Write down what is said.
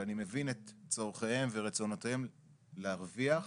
ואני מבין את צרכיהם ורצונותיהם להרוויח,